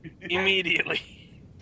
immediately